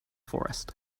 forest